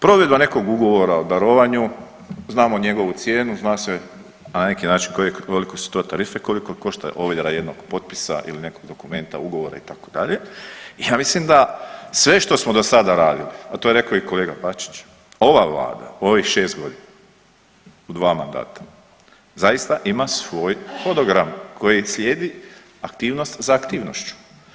Provedba nekog ugovora o darovanju, znamo njegovu cijenu, zna se na neki način kolike su to tarife koliko košta ovjera jednog potpisa ili nekog dokumenta, ugovora itd., ja mislim da sve što smo do sada radili, a to je rekao i kolega Bačić, ova vlada ovih šest godina u dva mandata zaista ima svoj hodogram koji slijedi aktivnost za aktivnošću.